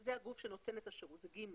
זה הגוף שנותן את השירות, טור ג'.